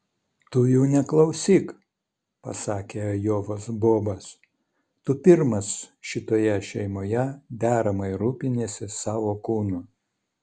tu jų neklausyk pasakė ajovos bobas tu pirmas šitoje šeimoje deramai rūpiniesi savo kūnu